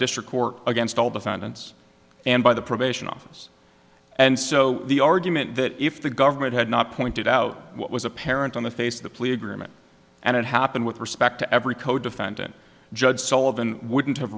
district court against all defendants and by the probation office and so the argument that if the government had not pointed out what was apparent on the face of the plea agreement and it happened with respect to every codefendant judge sullivan wouldn't have